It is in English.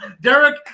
Derek